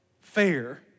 fair